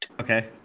Okay